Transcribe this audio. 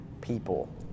people